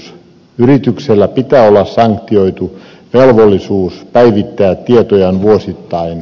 yrityksellä pitää olla sanktioitu velvollisuus päivittää tietojaan vuosittain